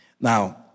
Now